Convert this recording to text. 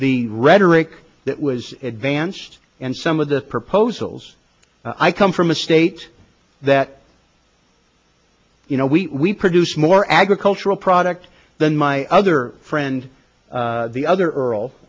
the rhetoric that was advanced and some of the proposals i come from a state that you know we produce more agricultural product than my other friend the other